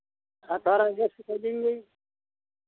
थोड़ा थोड़ा एडजस्ट कर लिन जाइ